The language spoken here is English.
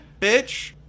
bitch